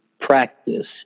practice